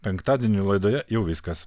penktadienį laidoje jau viskas